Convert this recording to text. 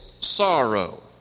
sorrow